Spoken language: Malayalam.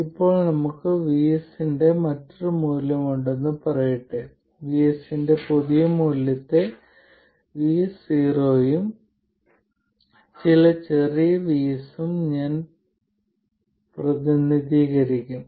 ഇപ്പോൾ നമുക്ക് VS ന്റെ മറ്റൊരു മൂല്യമുണ്ടെന്ന് പറയട്ടെ VS ന്റെ പുതിയ മൂല്യത്തെ VS0 ഉം ചില ചെറിയ vS ഉം ഞാൻ പ്രതിനിധീകരിക്കും